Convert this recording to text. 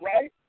right